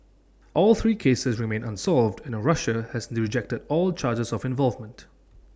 all three cases remain unsolved and Russia has rejected all charges of involvement